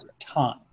time